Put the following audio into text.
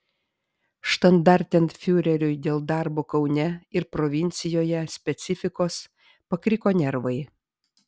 štandartenfiureriui dėl darbo kaune ir provincijoje specifikos pakriko nervai